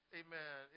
amen